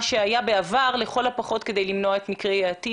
הפחות את מה שהיה בעבר כדי למנוע את מקרי העתיד.